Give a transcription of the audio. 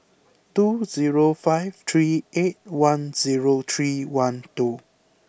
two zero five three eight one zero three one two